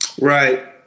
Right